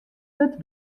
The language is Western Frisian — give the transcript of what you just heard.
wurdt